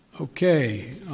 Okay